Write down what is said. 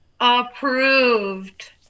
Approved